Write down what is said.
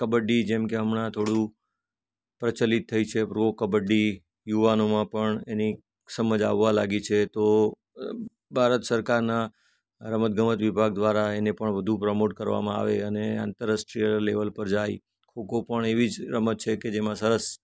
કબડ્ડી જેમ કે હમણાં થોડું પ્રચલિત થઇ છે પ્રો કબડ્ડી યુવાનોમાં પણ એની સમજ આવવા લાગી છે તો ભારત સરકારના રમતગમતના વિભાગ દ્વારા એને પણ વધુ પ્રમોટ કરવામાં આવે અને આંતરરાષ્ટ્રીય લેવલ પર જાય ખો ખો પણ એવી જ રમત છે કે જેમાં સરસ